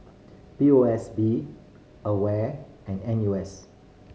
P O S B AWARE and N U S